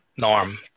norm